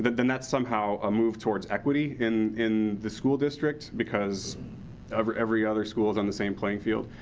that's somehow a move towards equity in in the school districts. because every every other school is on the same playing field.